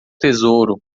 tesouro